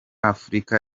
afurika